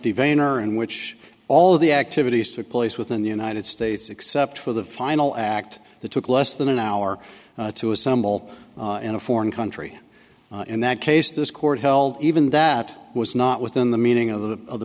in which all of the activities took place within the united states except for the final act the took less than an hour to assemble in a foreign country in that case this court held even that was not within the meaning of the